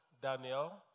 Daniel